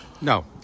No